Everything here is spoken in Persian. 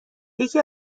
یکی